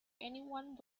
anyone